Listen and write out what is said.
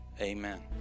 Amen